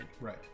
right